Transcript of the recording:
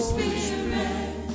Spirit